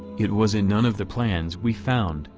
it was in none of the plans we found,